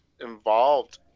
involved